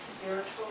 spiritual